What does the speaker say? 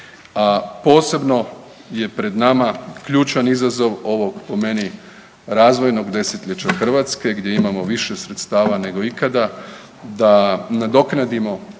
A posebno je pred nama ključan izazov ovog po meni razvojnog 10-ljeća Hrvatske gdje imamo više sredstava nego ikada da nadoknadimo